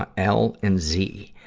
ah l and z,